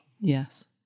Yes